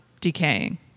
decaying